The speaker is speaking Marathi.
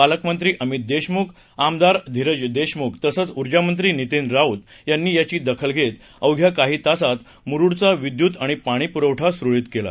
पालकमंत्री अमित देशमुख आमदार धिरज देशमुख तसंच ऊर्जामंत्री नितीन राऊत यांनी याची दखल घेत अवघ्या काही तासांत मुरुडचा विद्युत आणि पाणी पुरवठा सुरळीत झाला